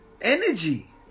energy